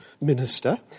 minister